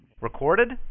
Recorded